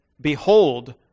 Behold